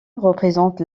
représente